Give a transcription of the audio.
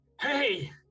hey